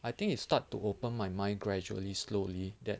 I think it's start to open my mind gradually slowly that